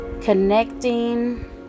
connecting